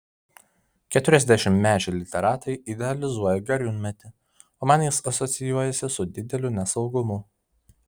keturiasdešimtmečiai literatai idealizuoja gariūnmetį o man jis asocijuojasi su dideliu nesaugumu